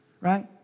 Right